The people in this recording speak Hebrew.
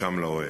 ומשם לאוהל.